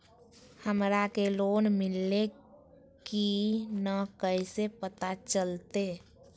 हमरा के लोन मिल्ले की न कैसे पता चलते?